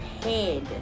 head